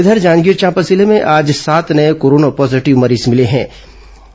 इधर जांजगीर चांपा जिले में आज सात नये कोरोना पॉजीटिव मरीज मिले थे